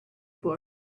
books